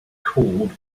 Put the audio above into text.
called